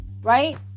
right